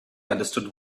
understood